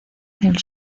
del